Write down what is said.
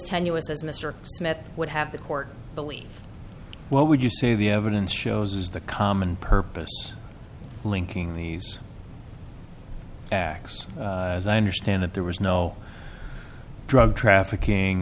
tenuous as mr smith would have the court believe what would you say the evidence shows is the common purpose linking these acts as i understand that there was no drug trafficking